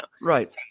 Right